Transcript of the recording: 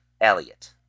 Elliot